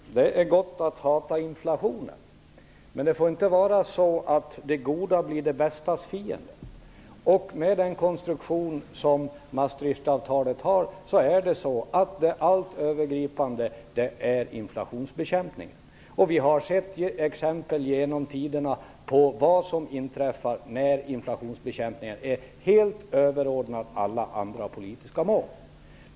Herr talman! Det är gott att hata inflationen. Men det goda får inte bli det bästas fiende. Med den konstruktion som Maastrichavtalet har är det allt övergripande målet just inflationsbekämpningen. Men vi har genom tiderna sett exempel på vad som inträffar när inflationsbekämpningen är helt överordnad alla andra politiska mål.